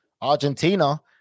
Argentina